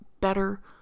better